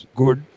good